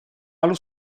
allo